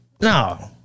no